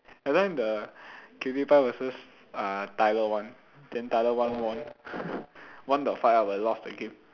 that time the qtpie versus uh tyler-one then tyler-one won won the fight ah but lost the game